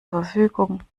verfügung